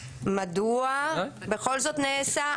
מדוע בכל זאת נעשה?